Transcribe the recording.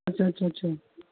اچھا اچھا اچھا